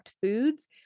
foods